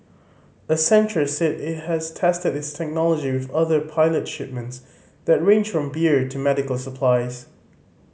accenture said it has tested its technology with other pilot shipments that range from beer to medical supplies